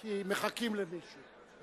כי מחכים למישהו,